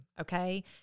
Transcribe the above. okay